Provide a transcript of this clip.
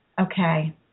Okay